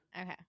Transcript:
okay